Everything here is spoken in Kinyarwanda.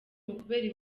ukubera